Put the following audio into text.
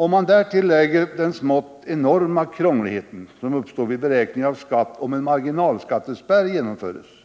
Om man därtill lägger den smått enorma krånglighet som uppstår vid beräkning av skatt, om en marginalskattespärr genomförs,